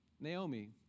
Naomi